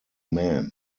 man